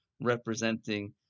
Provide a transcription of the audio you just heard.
representing